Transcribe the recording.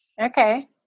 Okay